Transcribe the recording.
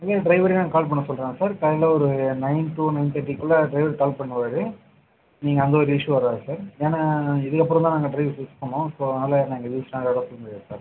இல்லை எங்கள் டிரைவரையே நாங்கள் கால் பண்ண சொல்கிறோம் சார் காலையில் ஒரு நயன் டு நயன் தேட்டி குள்ளே டிரைவர் கால் பண்ணுவார் நீங்கள் அந்த ஒரு இஷ்ஷுவ் வராது சார் ஏன்னால் இதுக்கப்புறம் தான் நாங்கள் டிரைவரை ஃபிக்ஸ் பண்ணுவோம் ஸோ அதனால் நான் ஸ்டாண்டராக அனுப்ப முடியாது சார்